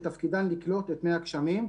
שתפקידם לקלוט את מי הגשמים,